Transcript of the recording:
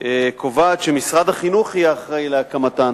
קובעת שמשרד החינוך יהיה אחראי להקמתן,